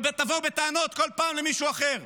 ותבואו בטענות בכל פעם למישהו אחר.